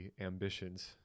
ambitions